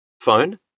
Phone